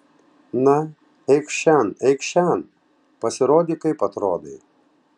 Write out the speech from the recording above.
na eikš šen eikš šen pasirodyk kaip atrodai